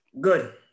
Good